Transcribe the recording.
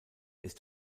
ist